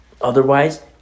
Otherwise